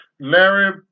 Larry